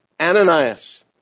Ananias